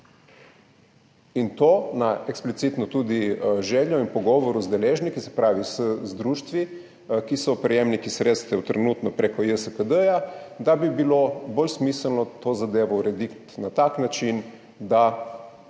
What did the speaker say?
to tudi na eksplicitno željo in pogovor z deležniki, se pravi z društvi, ki so prejemniki sredstev, trenutno prek JSKD, da bi bilo bolj smiselno to zadevo urediti na tak način, da